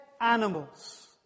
animals